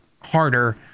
harder